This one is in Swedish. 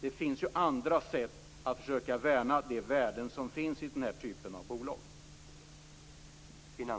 Det finns ju andra sätt att försöka värna de värden som finns i den här typen av bolag.